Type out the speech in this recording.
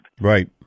Right